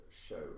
show